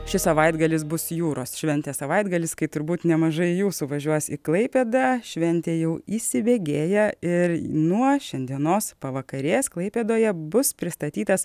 šis savaitgalis bus jūros šventės savaitgalis kai turbūt nemažai jūsų važiuos į klaipėdą šventė jau įsibėgėja ir nuo šiandienos pavakarės klaipėdoje bus pristatytas